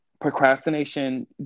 Procrastination